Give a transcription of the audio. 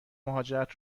مهاجرت